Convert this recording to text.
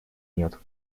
нет